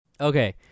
Okay